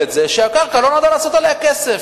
את זה שהקרקע לא נועדה שיעשו עליה כסף.